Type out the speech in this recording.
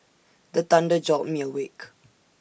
the thunder jolt me awake